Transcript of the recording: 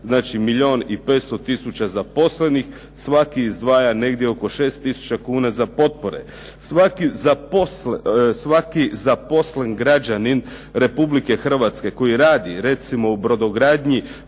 i 500 tisuća zaposlenih, svaki izdvaja oko 6 tisuća kuna za potpore. Svaki zaposlen građanin Republike Hrvatske koji radi recimo u brodogradnji,